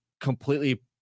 completely